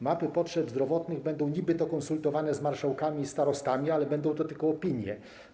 Mapy potrzeb zdrowotnych będą niby konsultowane z marszałkami i starostami, ale będą to tylko opinie.